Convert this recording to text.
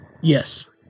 Yes